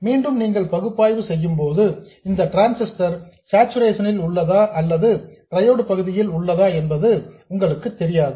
மீண்டும் நீங்கள் பகுப்பாய்வு செய்யும் போது இந்த டிரான்சிஸ்டர் சார்சுரேஷன் ல் உள்ளதா அல்லது டிரையோட் பகுதியில் உள்ளதா என்பது உங்களுக்கு தெரியாது